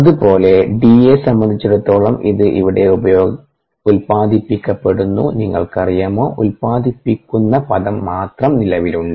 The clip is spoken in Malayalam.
അതുപോലെ dയെ സംബന്ധിച്ചിടത്തോളം ഇത് ഇവിടെ ഉത്പാദിപ്പിക്കപ്പെടുന്നു നിങ്ങൾക്കറിയാമോ ഉൽപാദിപ്പിക്കുന്ന പദം മാത്രം നിലവിലുണ്ട്